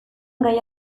gaia